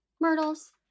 Myrtle's